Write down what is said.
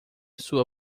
sua